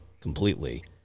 Completely